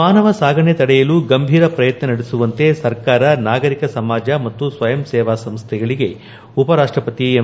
ಮಾನವ ಸಾಗಣೆ ತಡೆಯಲು ಗಂಭೀರ ಪ್ರಯತ್ನ ನಡೆಸುವಂತೆ ಸರ್ಕಾರ ನಾಗರಿಕ ಸಮಾಜ ಮತ್ತು ಸ್ವಯಂ ಸೇವಾ ಸಂಸ್ಥೆಗಳಿಗೆ ಉಪರಾಷ್ಟ ಪತಿ ಎಂ